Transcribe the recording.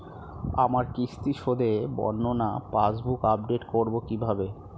আমার কিস্তি শোধে বর্ণনা পাসবুক আপডেট করব কিভাবে?